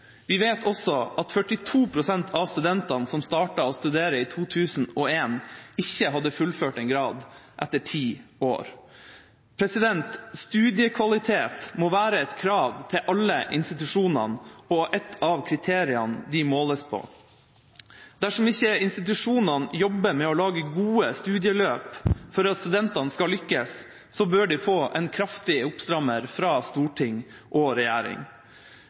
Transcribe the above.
Vi vet også at 42 pst. av studentene som startet å studere i 2001, ikke hadde fullført en grad etter ti år. Studiekvalitet må være et krav til alle institusjonene og ett av kriteriene de måles på. Dersom ikke institusjonene jobber med å lage gode studieløp for at studentene skal lykkes, bør de få en kraftig oppstrammer fra storting og regjering.